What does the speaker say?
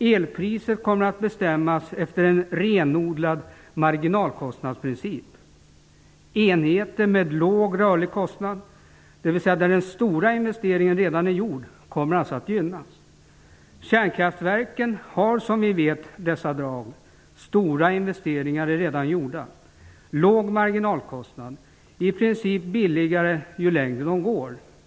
Elpriset kommer att bestämmas av en renodlad marginalkostnadsprincip. Enheter med låg rörlig kostnad, dvs. där den stora investeringen redan är gjord, kommer alltså att gynnas. Kärnkraftverken har, som vi vet, dessa drag. De stora investeringarna är redan gjorda och marginalkostnaderna är låga; i princip är de billigare ju längre de går.